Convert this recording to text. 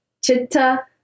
chitta